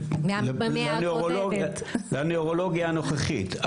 לנוירולוגיה הנוכחית.